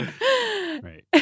Right